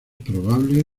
probable